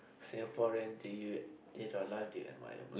Singaporean do you did your life the